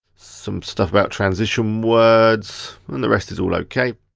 some stuff about transition words. and the rest is all okay.